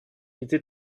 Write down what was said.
était